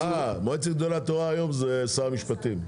מועצת גדולי התורה כיום הוא שר המשפטים.